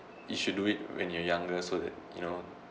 you should do it when you're younger so that you know